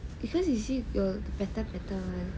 is yours is it got pattern pattern [one]